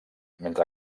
mentre